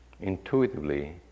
Intuitively